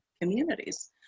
communities